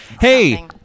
Hey